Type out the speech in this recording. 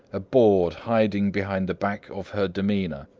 a bawd hiding behind the back of her demeanor.